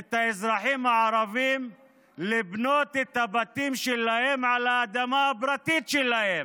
את האזרחים הערבים לבנות את הבתים שלהם על האדמה הפרטית שלהם.